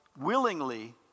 willingly